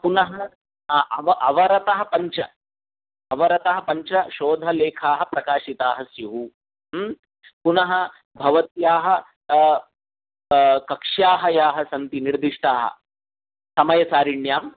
पुनः अव अवरतः पञ्च अवरतः पञ्च शोधलेखाः प्रकाशिताः स्युः पुनः भवत्याः कक्ष्याः याः सन्ति निर्दिष्टाः समयसारिण्यां